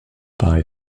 buy